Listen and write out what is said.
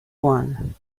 one